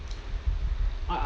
ah